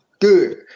Good